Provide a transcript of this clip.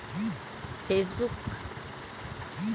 contact বা কারোর যোগাযোগ পত্র যদি শেয়ার করতে পারতাম